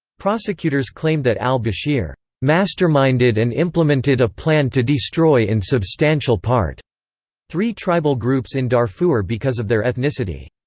prosecutors claimed that al-bashir masterminded and implemented a plan to destroy in substantial part three tribal groups in darfur because of their ethnicity.